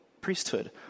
priesthood